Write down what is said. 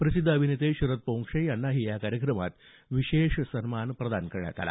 प्रसिद्ध अभिनेते शरद पोंक्षे यांनाही या कार्यक्रमात विशेष सन्मान प्रदान करण्यात आला